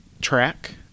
track